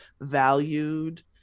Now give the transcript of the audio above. valued